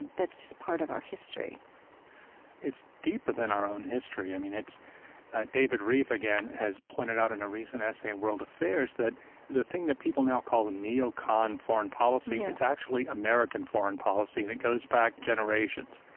and that's just part of our history it's deep within our own history. i mean, it's david reef again has pointed out in a recent essay on world affairs that the thing that people now call the neo-con foreign policy and is actually american foreign policy, and it goes back generations.